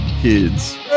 Kids